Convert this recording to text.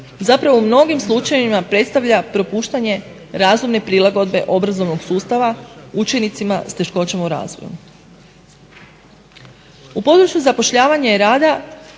zapravo u mnogim slučajevima predstavlja propuštanje razumne prilagodbe obrazovnog sustava učenicima s teškoćama u razvoju. U području zapošljavanja i rada